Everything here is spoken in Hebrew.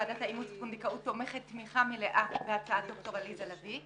ועדת אימוץ פונדקאות תומכת תמיכה מלאה בהצעת ד"ר עליזה לביא.